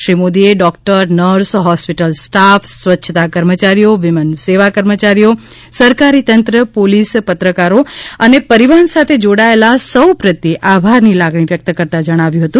શ્રી મોદીએ doctor nurse hospital staff સ્વચ્છતા કર્મયારીઓ મહિલા સેવા કર્મયારીઓ સરકારી તંત્ર પોલીસ પત્રકારો અને પરીવહન સાથે જોડાયેલા સૌ પ્રત્યે આભારની લાગણી વ્યકત કરી હતી